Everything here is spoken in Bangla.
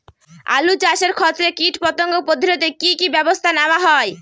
আলু চাষের ক্ষত্রে কীটপতঙ্গ প্রতিরোধে কি কী ব্যবস্থা নেওয়া হয়?